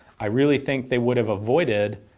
i really think they would have avoided,